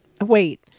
Wait